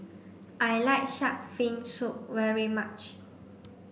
I like shark fin soup very much